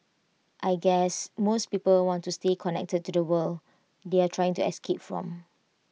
I guess most people want to stay connected to the world they are trying to escape from